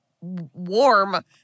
warm